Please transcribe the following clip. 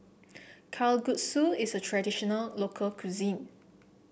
Kalguksu is a traditional local cuisine